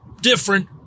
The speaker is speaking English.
different